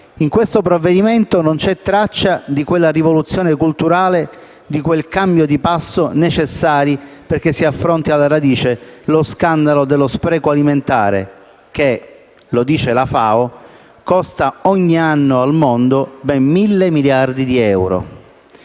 in discussione non c'è traccia di quella rivoluzione culturale, di quel cambio di passo necessari perché si affronti alla radice lo scandalo dello spreco alimentare che, come dice la FAO, costa ogni anno al mondo 1.000 miliardi di euro.